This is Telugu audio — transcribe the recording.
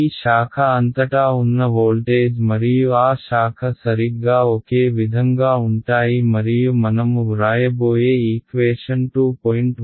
ఈ శాఖ అంతటా ఉన్న వోల్టేజ్ మరియు ఆ శాఖ సరిగ్గా ఒకే విధంగా ఉంటాయి మరియు మనము వ్రాయబోయే ఈక్వేషన్ 2